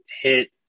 hit